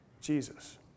Jesus